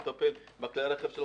הוא מטפל בכלי הרכב שלו.